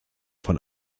von